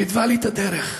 שהתווה לי את הדרך.